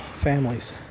families